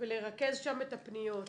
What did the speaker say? ולרכז שם את הפניות.